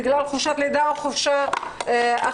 בגלל חופשת לידה או חופשה אחרת,